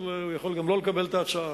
אבל הוא יכול גם לא לקבל את ההצעה: